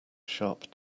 sharp